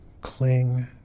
cling